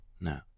No